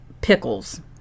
pickles